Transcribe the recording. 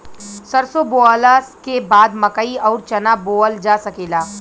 सरसों बोअला के बाद मकई अउर चना बोअल जा सकेला